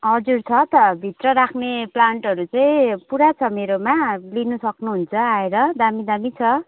हजुर छ त भित्र राख्ने प्लान्टहरू चाहिँ पुरा छ मेरोमा लिनु सक्नुहुन्छ मेरोमा आएर दामी दामी छ